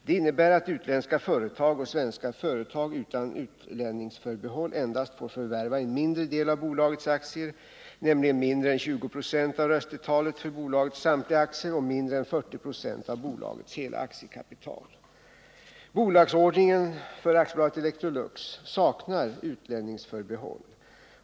Det innebär att utländska företag och svenska företag utan utlänningsförbehåll endast får förvärva en mindre del av bolagets aktier, nämligen mindre än 20 70 av röstetalet för bolagets samtliga aktier och mindre än 40 96 av bolagets hela aktiekapital. Bolagsordningen för AB Electrolux saknar utlänningsförbehåll.